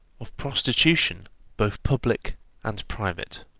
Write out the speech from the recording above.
of prostitution both public and private.